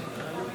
דווקא הוא?